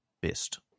best